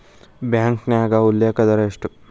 ಬ್ಯಾಂಕ್ನ್ಯಾಗ ಉಲ್ಲೇಖ ದರ ಎಷ್ಟ